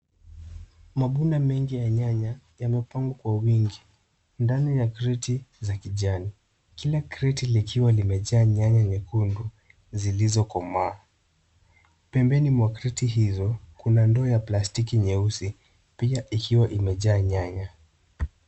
Mavuno mengi ya nyanya yamepangwa kwa wingi ndani ya kreti za kijani. Kila kreti likiwa limejaa nyanya nyekundu zilizokomaa. Pembeni mwa kreti hizo, kuna ndoo ya plastiki nyeusi pia ikiwa imejaa nyanya.